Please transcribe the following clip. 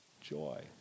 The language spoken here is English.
joy